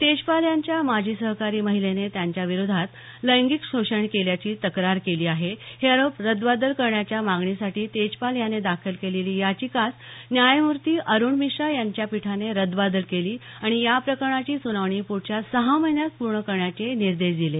तेजपाल यांच्या माजी सहकारी महिलेने त्याच्या विरोधात लैंगिक शोषण केल्याची तक्रार केली आहे हे आरोप रद्दबातल करण्याच्या मागणीसाठी तेजपाल याने दाखल केलेली याचिकाच न्यायमूर्ती अरुण मिश्रा यांच्या पीठाने रद्दबातल केली आणि या प्रकरणाची सुनावणी पुढच्या सहा महिन्यात पूर्ण करण्याचे निर्देश दिले